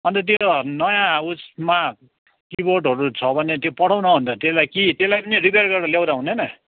अनि त त्यो नयाँ उसमा किबोर्डहरू छ भने त्यो पठाऊ न हौ अनि त त्यसलाई कि त्यसलाई पनि रिपेयर गरेर ल्याउँदा हुँदैन